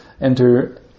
enter